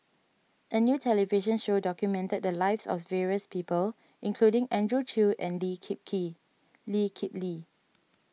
a new television show documented the lives of various people including Andrew Chew and Lee Kip Kip Lee Kip Lee